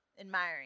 admiring